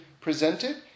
presented